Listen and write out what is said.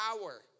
power